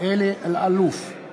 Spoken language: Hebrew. אלי אלאלוף,